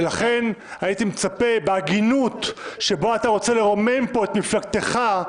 לכן הייתי מצפה בהגינות שבה אתה רוצה לרומם פה את מפלגתך,